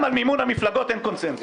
גם על מימון המפלגות אין קונצנזוס.